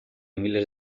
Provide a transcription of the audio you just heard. miles